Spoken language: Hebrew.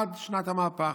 עד שנת המהפך.